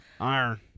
Iron